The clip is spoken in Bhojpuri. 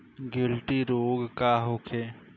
गिलटी रोग का होखे?